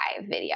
video